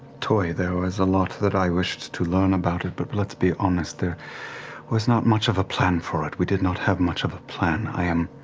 toy. there was a lot that i wished to learn about it, but let's be honest, there was not much of a plan for it. we did not have much of a plan. i am